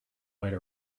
might